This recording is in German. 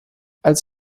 als